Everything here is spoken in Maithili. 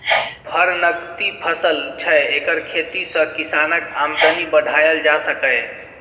फर नकदी फसल छै एकर खेती सँ किसानक आमदनी बढ़ाएल जा सकैए